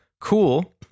cool